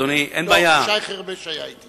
אדוני, אין בעיה, לא, גם שי חרמש היה אתי.